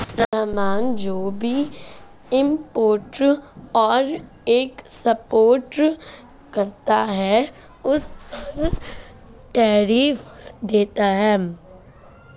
रहमान जो भी इम्पोर्ट और एक्सपोर्ट करता है उस पर टैरिफ देता है